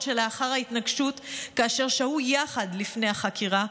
שלאחר ההתנגשות כאשר שהו יחד לפני החקירה,